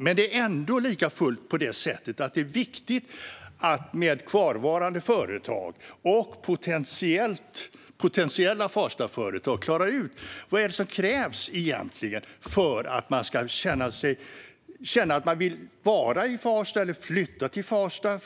Men det är likafullt viktigt att med kvarvarande företag och potentiella Farstaföretag klara ut vad som egentligen krävs för att man ska vilja vara i eller flytta till Farsta,